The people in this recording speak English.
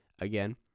again